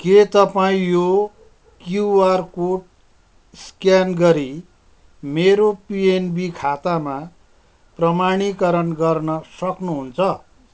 के तपाईँ यो क्युआर कोड स्क्यान गरी मेरो पिएनबी खातामा प्रमाणीकरण गर्न सक्नुहुन्छ